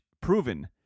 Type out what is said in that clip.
proven